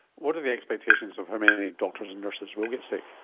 what are the expectations of how many doctors and nurses will get sick?